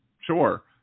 sure